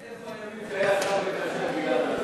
איפה הימים שהיה השר המקשר גלעד ארדן?